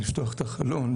לפתוח את החלון,